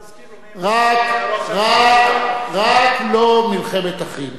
להזכיר לו, ראש הממשלה.